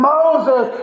Moses